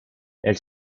elle